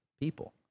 people